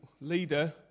leader